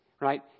right